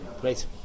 great